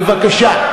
בבקשה.